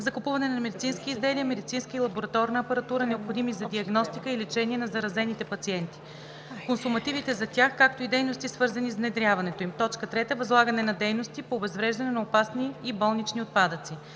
закупуване на медицински изделия, медицинска и лабораторна апаратура, необходими за диагностика и лечение на заразените пациенти, консумативите за тях, както и дейности, свързани с внедряването им; 3. възлагане на дейности по обезвреждане на опасни и болнични отпадъци.